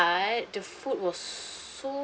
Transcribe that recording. but the food was so